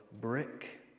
brick